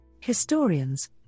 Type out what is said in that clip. Historians